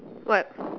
what